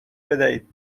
بدهید